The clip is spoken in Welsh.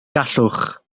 gallwch